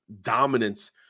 dominance